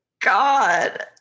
God